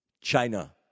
China